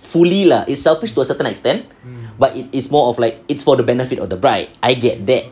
fully lah it's selfish to a certain extent but it is more of like it's for the benefit of the bride I get that